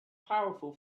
powerful